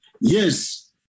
yes